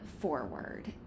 forward